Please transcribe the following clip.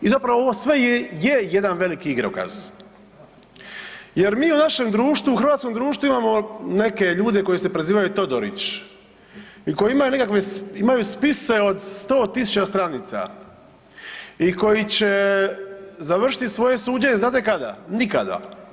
I zapravo ovo sve je jedan veliki igrokaz, jer mi u našem društvu u hrvatskom društvu imamo neke ljude koji se prezivaju Todorić i koji imaju nekakve, imaju spise od 100.000 stranica i koji će završiti svoje suđenje znate kada, nikada.